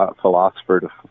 philosopher